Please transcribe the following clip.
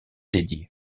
dédiée